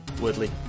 Woodley